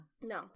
No